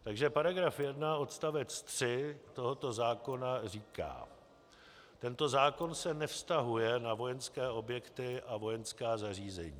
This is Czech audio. Takže § 1 odst. 3 tohoto zákona říká: Tento zákon se nevztahuje na vojenské objekty a vojenská zařízení.